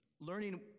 learning